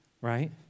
right